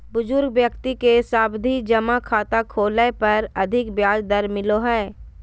बुजुर्ग व्यक्ति के सावधि जमा खाता खोलय पर अधिक ब्याज दर मिलो हय